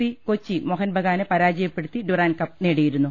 C Kochi മോഹൻബഗാനെ പരാജയപ്പെടുത്തി Durand cup നേടിയിരുന്നു